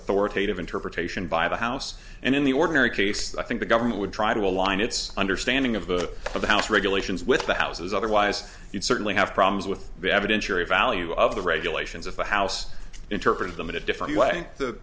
authoritative interpretation by the house and in the ordinary case i think the government would try to align its understanding of the of the house regulations with the house as otherwise you'd certainly have problems with the evidence you're a value of the regulations of the house interpreted them in a different way the